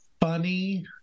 funny